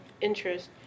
interest